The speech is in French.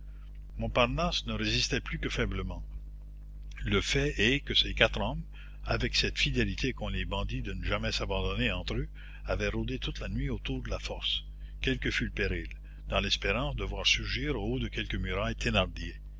montparnasse ne résistait plus que faiblement le fait est que ces quatre hommes avec cette fidélité qu'ont les bandits de ne jamais s'abandonner entre eux avaient rôdé toute la nuit autour de la force quel que fût le péril dans l'espérance de voir surgir au haut de quelque muraille